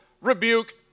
rebuke